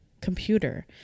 computer